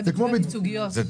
זה בתביעות ייצוגיות.